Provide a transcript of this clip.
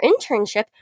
internship